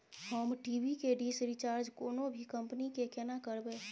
हम टी.वी के dish recharge कोनो भी कंपनी के केना करबे?